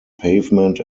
pavement